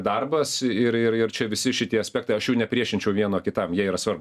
darbas ir ir ir čia visi šitie aspektai aš jų nepriešinčiau vieno kitam jie yra svarbūs